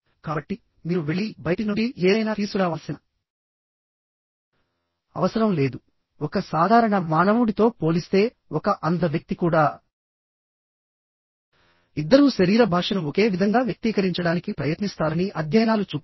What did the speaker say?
కాబట్టి మీరు వెళ్లి బయటి నుండి ఏదైనా తీసుకురావాల్సిన అవసరం లేదు ఒక సాధారణ మానవుడితో పోలిస్తే ఒక అంధ వ్యక్తి కూడాఇద్దరూ శరీర భాషను ఒకే విధంగా వ్యక్తీకరించడానికి ప్రయత్నిస్తారని అధ్యయనాలు చూపించాయి